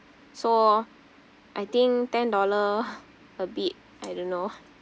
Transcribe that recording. so I think ten dollar a bit I don't know